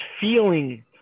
feeling